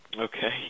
Okay